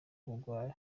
ubugwari